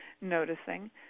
noticing